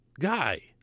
guy